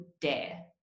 dare